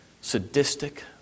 sadistic